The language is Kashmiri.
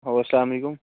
اسلام علیکُم